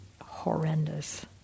horrendous